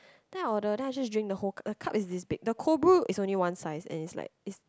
then I ordered then I just drink whole the cup is this big the cold brew is only one size and it's like it's